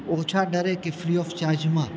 ઓછા દરે કે ફ્રી ઓફ ચાર્જમાં